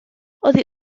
oddi